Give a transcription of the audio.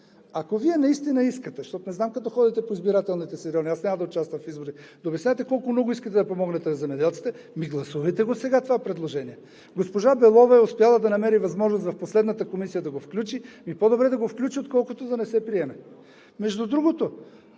Ако Вие наистина, защото не знам, като ходите по избирателните си райони – аз няма да участвам в избори, обяснявате колко много искате да помогнете на земеделците, ами гласувайте сега това предложение! Госпожа Белова е успяла да намери възможност в последната комисия да го включи. Ами по-добре да го включи, отколкото да не се приеме. Между другото,